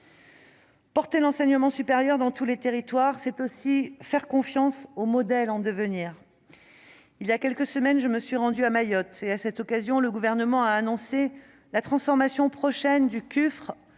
Promouvoir l'enseignement supérieur dans tous les territoires, c'est aussi faire confiance aux modèles en devenir. Il y a quelques semaines, je me suis rendue à Mayotte et à cette occasion, le Gouvernement a annoncé la transformation prochaine du